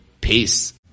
Peace